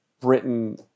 Britain